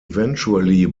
eventually